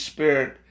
Spirit